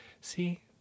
see